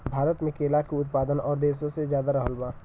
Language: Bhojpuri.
भारत मे केला के उत्पादन और देशो से ज्यादा रहल बा